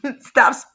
stop